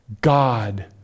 God